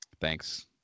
Thanks